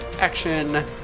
action